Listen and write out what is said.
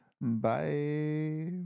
Bye